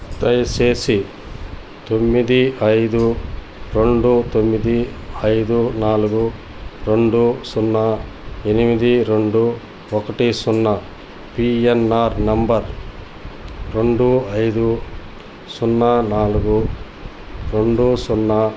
దయచేసి తొమ్మిది ఐదు రెండు తొమ్మిది ఐదు నాలుగు రెండు సున్నా ఎనిమిది రెండు ఒకటి సున్నా పీఎన్ఆర్ నెంబర్ రెండు ఐదు సున్నా నాలుగు రెండు సున్నా